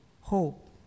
hope